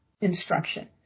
instruction